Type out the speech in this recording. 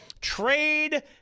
trade